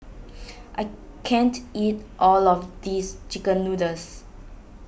I can't eat all of this Chicken Noodles